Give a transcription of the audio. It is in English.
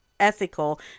ethical